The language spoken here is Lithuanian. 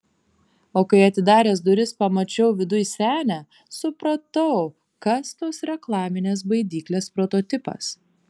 o kai atidaręs duris pamačiau viduj senę supratau kas tos reklaminės baidyklės prototipas